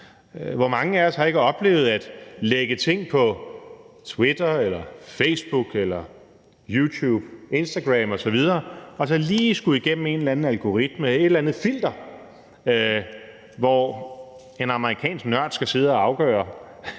Hvor mange af os har ikke oplevet at lægge ting på Twitter eller Facebook eller YouTube, Instagram osv. og så lige skulle igennem en eller anden algoritme, et eller andet filter, hvor en amerikansk nørd – eller ikke